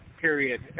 period